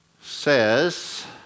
says